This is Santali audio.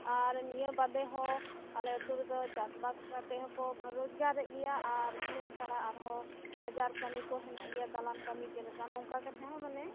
ᱟᱨ ᱱᱤᱭᱟ ᱵᱟᱫᱮ ᱦᱚᱸ ᱟᱞᱮ ᱟᱛᱳ ᱨᱮᱫᱚ ᱪᱟᱥᱼᱵᱟᱥ ᱠᱟᱛᱮᱫ ᱦᱚᱠᱚ ᱨᱚᱡᱜᱟᱨ ᱜᱮᱭᱟ ᱟᱨ ᱤᱱᱟ ᱪᱷᱟᱲᱟ ᱟᱨᱦᱚᱸ ᱵᱟᱡᱟᱨ ᱠᱟᱹᱢᱤ ᱠᱚ ᱦᱮᱱᱟᱜ ᱜᱮᱭᱟ ᱫᱟᱞᱟᱱ ᱠᱟᱹᱢᱤ ᱪᱮᱫᱽ ᱞᱮᱠᱟ ᱱᱚᱝᱠᱟ ᱠᱟᱛᱮ ᱦᱚᱸ ᱢᱟᱱᱮ